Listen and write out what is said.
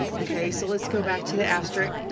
okay, so let's go back to the asterisk.